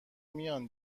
میان